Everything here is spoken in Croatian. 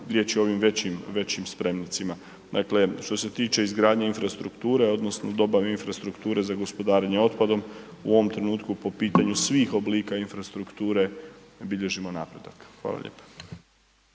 riječ je o ovim većim, većim spremnicima. Dakle, što se tiče izgradnje infrastrukture odnosno dobave infrastrukture za gospodarenje otpadom u ovom trenutku po pitanju svih oblika infrastrukture bilježimo napredak. Hvala lijepo.